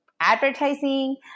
advertising